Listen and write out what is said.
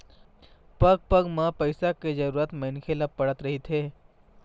पग पग म पइसा के जरुरत मनखे ल पड़त रहिथे